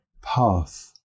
path